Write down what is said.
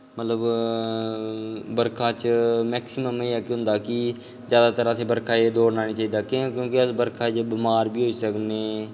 मतलब बरखा च मैकसिमम केह् होंदा कि जैदातर असेंगी बरखा च असें दौड़ना नेईं चाहिदा क्योंकि अस बरखा च बमार बी होई सकने